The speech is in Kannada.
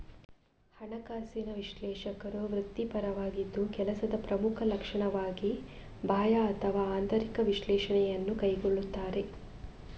ಹಣಕಾಸಿನ ವಿಶ್ಲೇಷಕರು ವೃತ್ತಿಪರರಾಗಿದ್ದು ಕೆಲಸದ ಪ್ರಮುಖ ಲಕ್ಷಣವಾಗಿ ಬಾಹ್ಯ ಅಥವಾ ಆಂತರಿಕ ವಿಶ್ಲೇಷಣೆಯನ್ನು ಕೈಗೊಳ್ಳುತ್ತಾರೆ